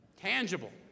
tangible